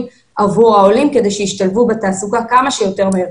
עבור העולים כדי שישתלבו בתעסוקה כמה שיותר מהר.